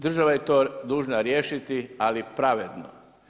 Država je to dužna riješiti, ali pravedno.